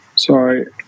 Sorry